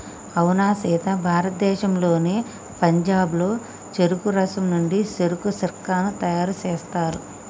అవునా సీత భారతదేశంలోని పంజాబ్లో చెరుకు రసం నుండి సెరకు సిర్కాను తయారు సేస్తారు